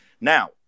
Now